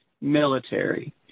military